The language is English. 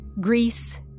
Greece